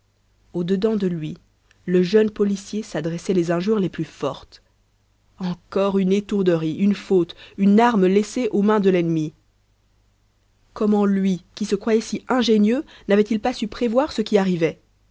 au dedans de lui le jeune policier s'adressait les injures les plus fortes encore une étourderie une faute une arme laissée aux mains de l'ennemi comment lui qui se croyait si ingénieux n'avait-il pas su prévoir ce qui arrivait